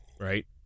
right